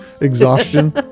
exhaustion